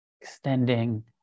Extending